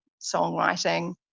songwriting